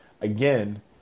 again